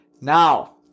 Now